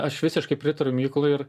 aš visiškai pritariu mykolui ir